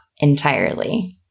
entirely